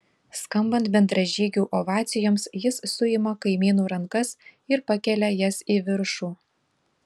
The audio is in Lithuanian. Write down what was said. skambant bendražygių ovacijoms jis suima kaimynų rankas ir pakelia jas į viršų